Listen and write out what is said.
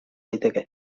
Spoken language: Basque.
daiteke